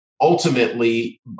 ultimately